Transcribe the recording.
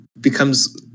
becomes